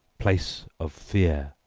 place of fear,